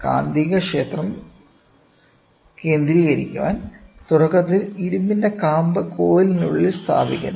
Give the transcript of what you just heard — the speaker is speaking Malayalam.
കാന്തികക്ഷേത്രം കേന്ദ്രീകരിക്കാൻ തുടക്കത്തിൽ ഇരുമ്പിന്റെ കാമ്പ് കോയിലിനുള്ളിൽ സ്ഥാപിക്കുന്നു